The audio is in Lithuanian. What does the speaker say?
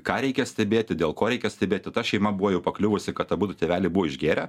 ką reikia stebėti dėl ko reikia stebėti ta šeima buvo jau pakliuvusi kad abudu tėveliai buvo išgėrę